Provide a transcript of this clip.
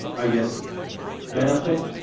i guess benefit